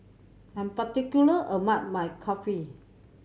I'm particular about my Kulfi